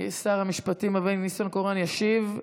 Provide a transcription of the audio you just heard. שר המשפטים אבי ניסנקורן ישיב.